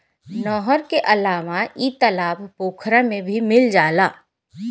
नहर के अलावा इ तालाब पोखरा में भी मिल जाला